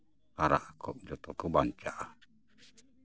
ᱦᱟᱨᱟᱜ ᱟᱠᱚ ᱡᱚᱛᱚ ᱠᱚ ᱵᱟᱧᱪᱟᱜᱼᱟ